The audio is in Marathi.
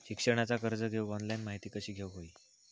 शिक्षणाचा कर्ज घेऊक ऑनलाइन माहिती कशी घेऊक हवी?